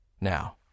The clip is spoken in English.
Now